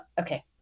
Okay